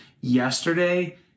yesterday